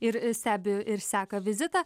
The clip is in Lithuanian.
ir stebi ir seka vizitą